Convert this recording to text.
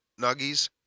nuggies